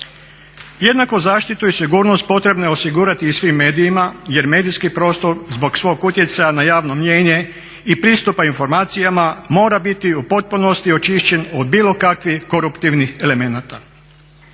Jednaku zaštitu i sigurnost potrebno je osigurati i svim medijima, jer medijski prostor zbog svog utjecaja na javno mnijenje i pristupa informacijama mora biti u potpunosti očišćen od bilo kakvih koruptivnih elemenata.